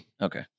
Okay